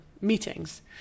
meetings